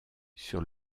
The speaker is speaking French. sur